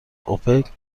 اوپک